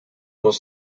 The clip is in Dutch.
was